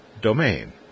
domain